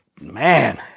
man